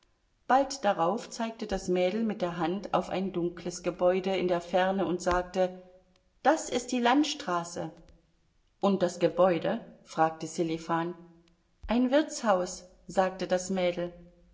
bald darauf zeigte das mädel mit der hand auf ein dunkles gebäude in der ferne und sagte das ist die landstraße und das gebäude fragte sselifan ein wirtshaus sagte das mädel